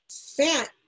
fat